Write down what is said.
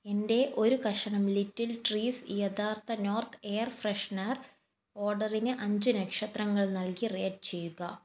എന്റെ ഒരു കഷണം ലിറ്റിൽ ട്രീസ് യഥാർത്ഥ നോർത്ത് എയർ ഫ്രെഷനർ ഓർഡറിന് അഞ്ച് നക്ഷത്രങ്ങൾ നൽകി റേറ്റ് ചെയ്യുക